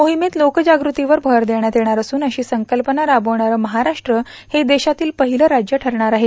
मोहिमेत लोकजागृतीवर भर देण्यात येणार असून अशी संकल्पना राबवेणार महाराष्ट्र हे देशातील पहिलं राज्य ठरणार आहे